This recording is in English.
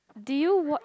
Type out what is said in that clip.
do you watch